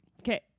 Okay